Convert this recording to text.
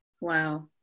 Wow